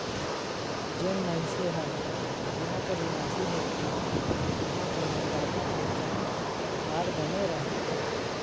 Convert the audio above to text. जेन मइनसे हर जिहां कर निवासी होथे उहां कर मतदाता पहिचान कारड बने रहथे